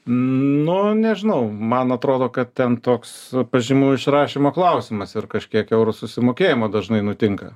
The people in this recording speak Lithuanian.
nu nežinau man atrodo kad ten toks pažymų išrašymo klausimas ir kažkiek eurų susimokėjomo dažnai nutinka